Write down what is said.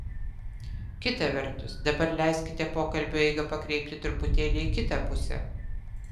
kita vertus dabar leiskite pokalbio eigą pakreipti truputėlį į kitą pusę